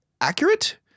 accurate